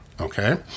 okay